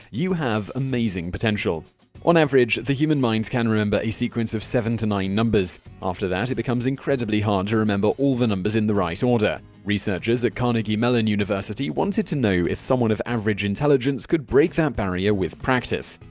you have amazing potential on average, the human mind can remember a sequence of seven to nine numbers. after that it becomes incredibly hard to remember all the numbers in the right order. researchers at carnegie mellon university wanted to know if someone of average intelligence could break that barrier with practice.